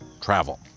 travel